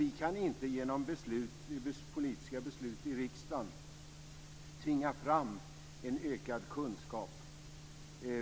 Vi kan inte genom politiska beslut i riksdagen tvinga fram en ökad kunskap.